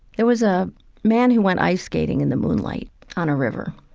there was a man who went ice skating in the moonlight on a river,